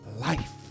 life